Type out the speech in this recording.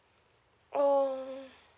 oh